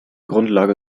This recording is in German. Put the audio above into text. grundlage